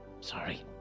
Sorry